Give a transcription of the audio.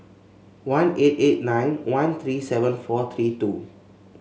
one eight eight nine one three seven four three two